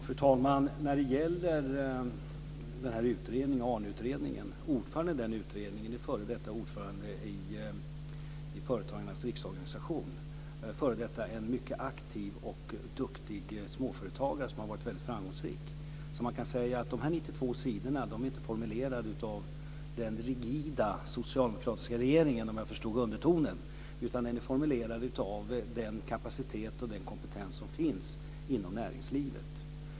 Fru talman! Ordföranden i ARNE-utredningen var f.d. ordförande i Företagarnas riksorganisation, en f.d. mycket aktiv och duktig småföretagare som har varit väldigt framgångsrik. Man kan säga att de 92 sidorna inte är formulerade av den rigida socialdemokratiska regeringen, om jag förstod undertonen, utan den är formulerad av den kapacitet och den kompetens som finns inom näringslivet.